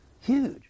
huge